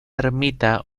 ermita